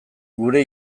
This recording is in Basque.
gure